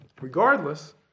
regardless